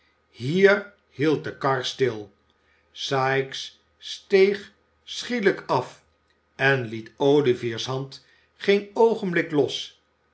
hier hield de kar stil sikes steeg schielijk af en liet oüvier's hand geen oogenblik los